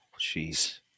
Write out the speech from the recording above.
Jeez